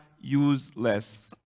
useless